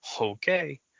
okay